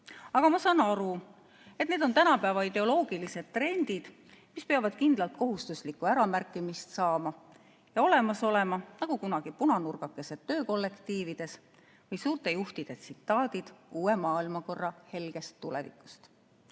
Aga ma saan aru, et need on tänapäeva ideoloogilised trendid, mis peavad kindlalt kohustuslikku äramärkimist saama ja olemas olema nagu kunagi punanurgakesed töökollektiivides ja suurte juhtide tsitaadid uue maailmakorra helgest tulevikust.